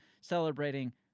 celebrating